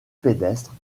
pédestre